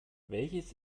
welches